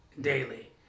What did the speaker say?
daily